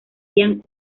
ian